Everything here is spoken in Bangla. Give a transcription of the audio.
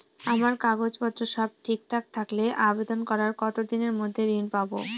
আমার কাগজ পত্র সব ঠিকঠাক থাকলে আবেদন করার কতদিনের মধ্যে ঋণ পাব?